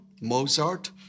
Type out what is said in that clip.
Mozart